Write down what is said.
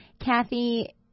Kathy